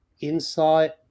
insight